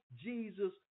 Jesus